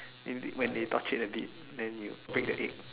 if they when they torched it a bit then you break the egg